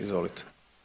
Izvolite.